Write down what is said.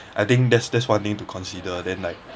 I think that's that's one thing to consider then like